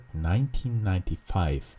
1995